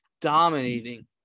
dominating